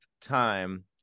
time